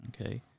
okay